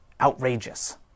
Outrageous